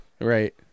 right